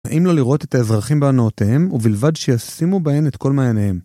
נעים לו לראות את האזרחים בהנאותיהם ובלבד שישימו בהן את כל מעייניהם.